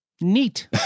neat